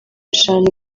eshanu